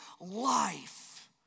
life